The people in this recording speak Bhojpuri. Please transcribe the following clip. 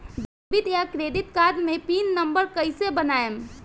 डेबिट या क्रेडिट कार्ड मे पिन नंबर कैसे बनाएम?